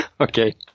Okay